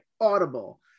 Audible